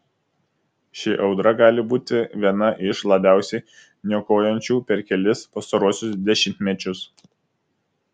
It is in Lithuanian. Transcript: ši audra gali būti viena iš labiausiai niokojančių per kelis pastaruosius dešimtmečius